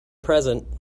present